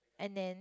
and then